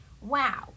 Wow